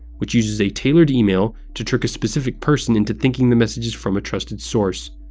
which uses a tailored email to trick a specific person into thinking the message is from a trusted source.